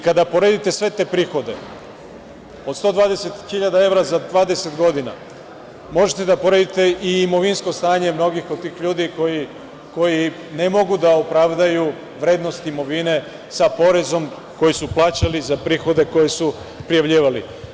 Kada poredite sve te prihode, od 120 hiljada evra za 20 godina, možete da poredite i imovinsko stanje mnogih od tih ljudi koji ne mogu da opravdaju vrednost imovine sa porezom koji su plaćali za prihode koje su prijavljivali.